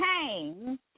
came